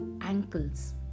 ankles